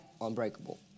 unbreakable